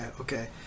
okay